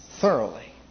thoroughly